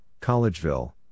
Collegeville